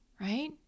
right